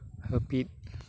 ᱦᱟᱹᱯᱤᱫ